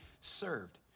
served